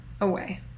away